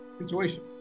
situation